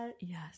Yes